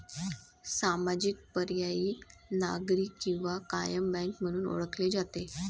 सामाजिक, पर्यायी, नागरी किंवा कायम बँक म्हणून ओळखले जाते